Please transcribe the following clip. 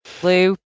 Blue